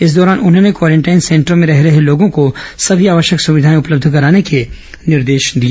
इस दौरान उन्होंने क्वारेंटाइन सेंटर में रह रहे लोगों को सभी आवश्यक सविघाएं उपलब्ध कराने के निर्देश दिए